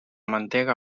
mantega